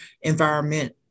environment